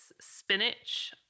spinach